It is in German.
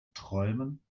träumen